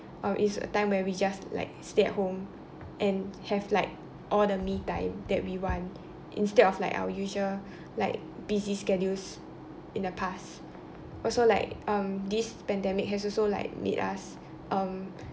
uh is a time where we just like stay at home and have like all the me time that we want instead of like our usual like busy schedules in the past also like um this pandemic has also like made us um